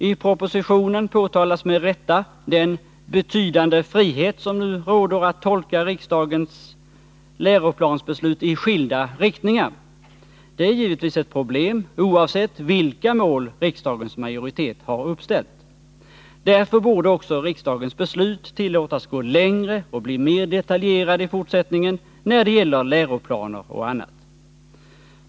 I propositionen påtalas med rätta den ”betydande frihet som nu råder att tolka riksdagens läroplansbeslut i skilda riktningar”. Detta är givetvis ett problem, oavsett vilka mål riksdagens majoritet har uppställt. Därför borde också riksdagens beslut när det gäller läroplaner och annat tillåtas gå längre och bli mer detaljerade i fortsättningen.